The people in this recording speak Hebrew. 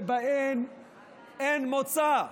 שבהן אין מוצא,